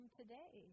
today